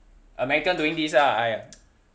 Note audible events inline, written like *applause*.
american doing this ah !aiya! *noise*